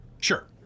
Sure